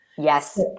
Yes